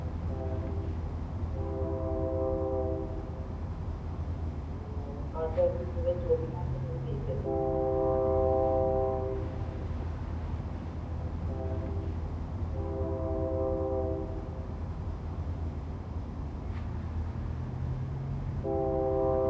order कीते दे चौबी घैंटे धोड़ी रीलिफ आई गेआ ते